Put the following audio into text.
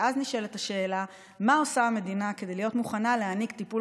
ואז נשאלת השאלה: מה עושה המדינה כדי להיות מוכנה להעניק טיפול